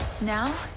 Now